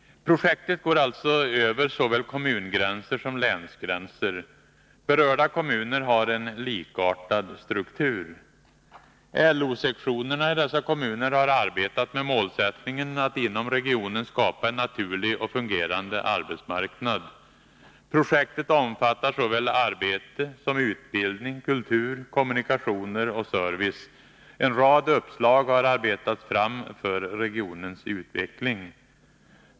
Projektet går alltså över såväl kommungränser som länsgränser. Berörda kommuner har en likartad struktur. LO-sektionerna i dessa kommuner har arbetat med målsättningen att inom regionen skapa en naturlig och fungerande arbetsmarknad. Projektet omfattar såväl arbete som utbildning, kultur, kommunikationer och service. En rad uppslag har arbetats fram för regionens utveckling.